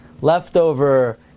leftover